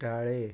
कुट्टाळें